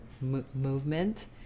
movement